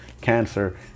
cancer